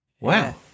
Wow